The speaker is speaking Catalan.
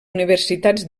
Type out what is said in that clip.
universitats